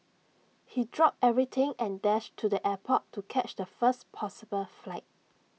he dropped everything and dashed to the airport to catch the first possible flight